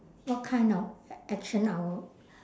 what kind of action I would